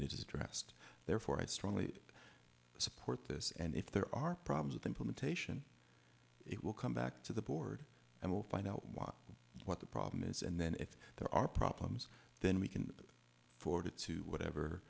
addressed therefore i strongly support this and if there are problems with implementation it will come back to the board and we'll find out what what the problem is and then if there are problems then we can forward it to whatever